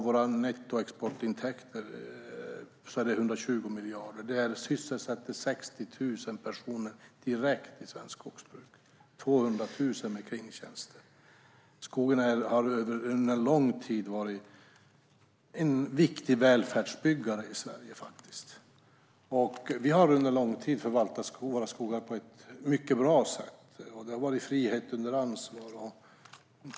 Våra nettoexportintäkter är 120 miljarder. Svenskt skogsbruk sysselsätter direkt 60 000 personer och 200 000 i kringtjänster. Skogen har under lång tid varit en viktig välfärdsbyggare i Sverige. Vi har under lång tid förvaltat våra skogar på ett mycket bra sätt. Det har varit frihet under ansvar.